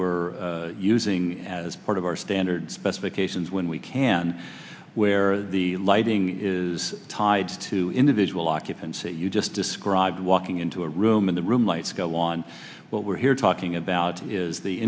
were using as part of our standard specifications when we can where the lighting is tied to individual occupancy you just described walking into a room in the room lights go on what we're here talking about is the